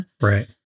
Right